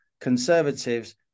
conservatives